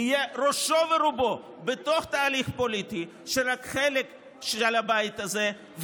יהיה ראשו ורובו בתוך תהליך פוליטי שהוא רק של חלק של הבית הזה,